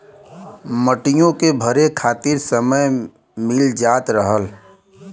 मटियो के भरे खातिर समय मिल जात रहल